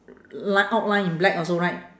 li~ outline in black also right